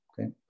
Okay